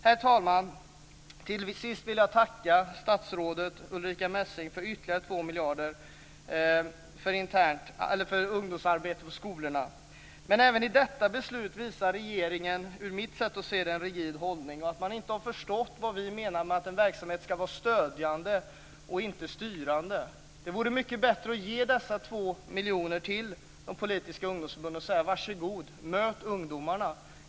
Herr talman! Till sist vill jag tacka statsrådet Ulrica Messing för ytterligare två miljoner kronor för ungdomsarbete på skolorna. Men även i detta beslut visar regeringen enligt mitt sätt att se en rigid hållning. Man har inte förstått vad vi menar med att en verksamhet ska vara stödjande och inte styrande. Det vore mycket bättre att ge dessa två miljoner till de politiska ungdomsförbunden och säga: Varsågoda! Möt ungdomarna!